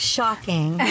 Shocking